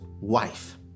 wife